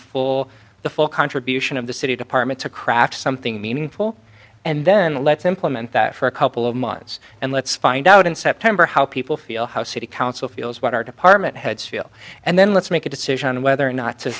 full the full contribution of the city department to craft something meaningful and then let's implement that for a couple of months and let's find out in september how people feel how city council feels what our department heads feel and then let's make a decision on whether or not to